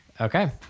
Okay